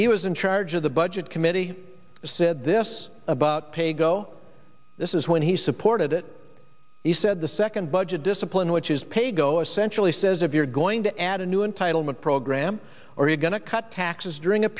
he was in charge of the budget committee said this about paygo this is when he supported it he said the second budget discipline which is paygo essentially says if you're going to add a new entitlement program or you're going to cut taxes during